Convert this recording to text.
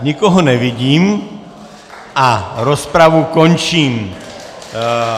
Nikoho nevidím a rozpravu končím.